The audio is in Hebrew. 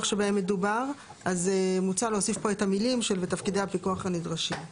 שבהם מדובר אז מוצע להוסיף פה את המילים "ותפקידי הפיקוח הנדרשים".